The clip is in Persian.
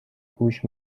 گوش